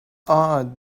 odd